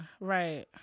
Right